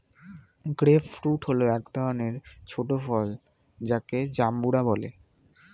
grape fruit হল এক ধরনের ছোট ফল যাকে জাম্বুরা বলে